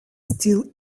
still